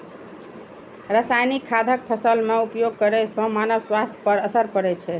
रासायनिक खादक फसल मे उपयोग करै सं मानव स्वास्थ्य पर असर पड़ै छै